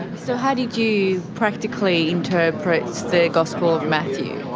so how did you practically interpret the gospel of matthew?